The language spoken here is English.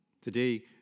Today